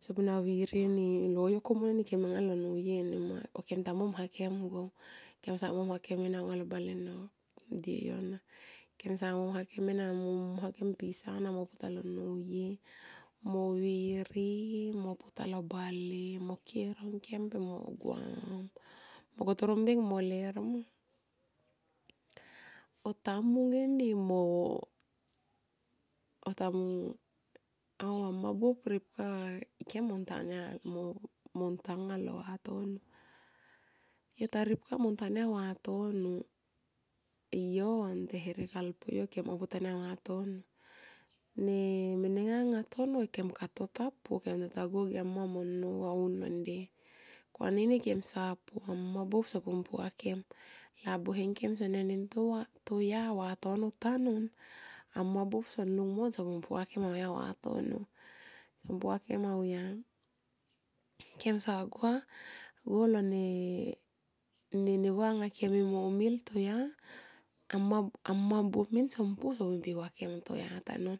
Sopna virini ni. loyok konun eni ken enga lo nuye nima kemta mom hakem go kensa mom ka kem go alo bale no dieyo. Kemsa momhakem enama mo momhakem pisa na mo puta lo nuye mo viri mo putalo bale mo ki e rongkem pe mo guam mo kotoro mbeng mo ler. O tamung eni mo amma buop ripka kem mo tanga lo vatono. Yo ta ripka mo tanga vatono, yo vantem herek alpuyo kem mo putanya vatono. Ne menenga anga toro kem kato ta pu, kem ta gua anga ge amma mo nnou aun lo nde. Ko anini kem sa pu. Amma buop sopumpu mo kem. Labuhe ngkem sene nintoya vatono tanun, amma buop son hungmon, sopu mpu moke buop auya vatono, sonu pu va kem auyam. Kemsa gua go lone ne neva anga kem mo mil toya, amma buop som pu som pikua kem min toya tanun.